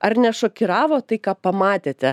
ar nešokiravo tai ką pamatėte